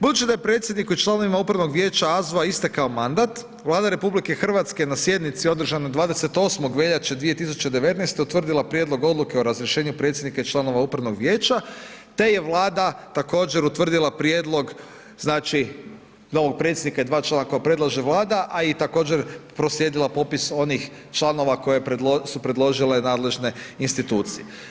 Budući da je predsjedniku i članovima upravnog vijeća AZVO-a istekao mandat, Vlada RH na sjednici održanoj 28. veljače 2019. utvrdila prijedlog odluke o razrješenju predsjednika i članovima upravnog vijeća, te je Vlada također utvrdila prijedlog, znači, novog predsjednika i dva člana koja predlaže Vlada, a i također proslijedila popis onih članova koje su predložile nadležne institucije.